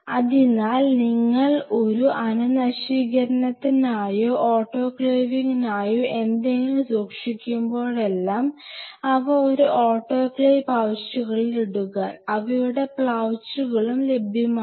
അതിനാൽ നിങ്ങൾ ഒരു അണുനശീകരണത്തിനായോ ഓട്ടോക്ലേവിംഗിനായോ എന്തെങ്കിലും സൂക്ഷിക്കുമ്പോഴെല്ലാം അവ ഒരു ഓട്ടോക്ലേവ് പൌച്ചുകളിൽ ഇടുക അവയുടെ പൌച്ചുകൾ ലഭ്യമാണ്